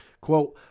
Quote